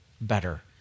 better